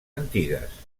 antigues